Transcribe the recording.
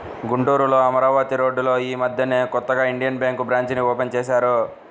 గుంటూరులో అమరావతి రోడ్డులో యీ మద్దెనే కొత్తగా ఇండియన్ బ్యేంకు బ్రాంచీని ఓపెన్ చేశారు